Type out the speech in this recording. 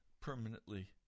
permanently